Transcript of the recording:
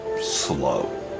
slow